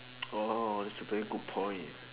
orh that's a very good point